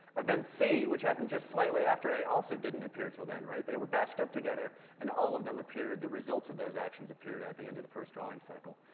event c, which happened just slightly after a, also didn't appear till then, right? they were batched up together and all of them appeared, the results of those actions appeared at the end of the first drawing cycle.